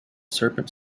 serpent